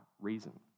reason